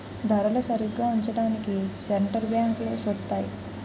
ధరలు సరిగా ఉంచడానికి సెంటర్ బ్యాంకులు సూత్తాయి